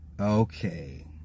Okay